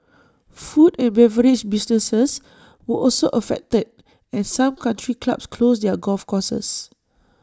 food and beverage businesses were also affected and some country clubs closed their golf courses